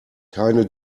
keine